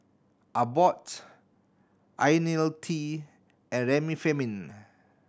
Abbott Ionil T and Remifemin